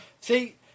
See